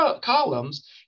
columns